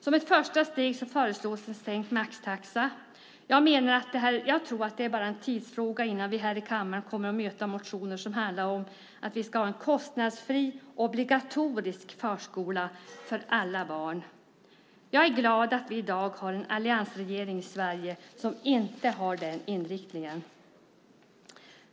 Som ett första steg föreslås sänkt maxtaxa. Jag tror att det bara är en tidsfråga innan vi här i kammaren kommer att möta motioner som handlar om att vi ska ha en kostnadsfri, obligatorisk förskola för alla barn. Jag är glad att vi i dag har en alliansregering i Sverige som inte har den inriktningen.